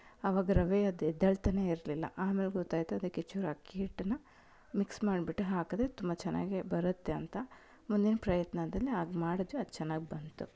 ಅವಾಗ ರವೆ ಅದು ಎದ್ದೇಳ್ತನೇ ಇರಲಿಲ್ಲ ಆಮೇಲೆ ಗೊತ್ತಾಯಿತು ಅದಕ್ಕೆ ಚೂರು ಅಕ್ಕಿ ಹಿಟ್ಟನ್ನು ಮಿಕ್ಸ್ ಮಾಡ್ಬಿಟ್ಟು ಹಾಕಿದ್ರೆ ತುಂಬ ಚೆನ್ನಾಗಿ ಬರುತ್ತೆ ಅಂತ ಮುಂದಿನ ಪ್ರಯತ್ನದಲ್ಲಿ ಹಾಗೆ ಮಾಡಿದ್ವಿ ಅದು ಚೆನ್ನಾಗಿ ಬಂತು